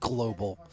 Global